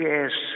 Yes